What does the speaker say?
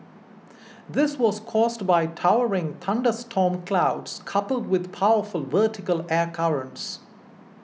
this was caused by towering thunderstorm clouds coupled with powerful vertical air currents